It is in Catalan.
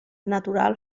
natural